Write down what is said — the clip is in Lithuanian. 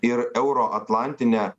ir euroatlantinė